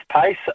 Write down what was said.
pace